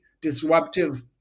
disruptive